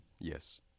Yes